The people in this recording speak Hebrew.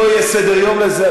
לא יהיה סדר-יום לזה.